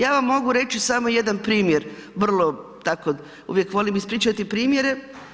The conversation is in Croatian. Ja vam mogu reći samo jedan primjer vrlo tako, uvijek volim ispričati primjere.